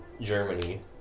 Germany